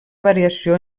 variació